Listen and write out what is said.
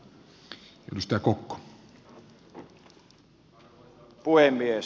arvoisa puhemies